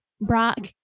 Brock